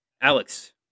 Alex